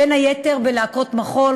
בין היתר בלהקות מחול,